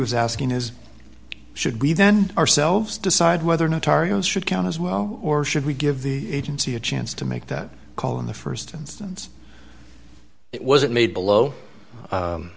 was asking is should we then ourselves decide whether notarial should count as well or should we give the agency a chance to make that call in the st instance it wasn't made below